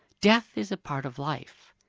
death is a part of life,